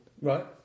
Right